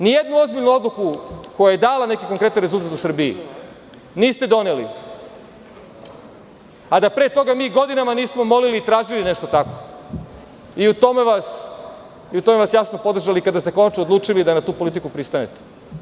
Nijednu ozbiljnu odluku koja je dala neki konkretan rezultat u Srbiji niste doneli, a da pre toga mi godinama nismo molili i tražili nešto tako i u tome vas jasno podržali kada ste konačno odlučili da na tu politiku pristanete.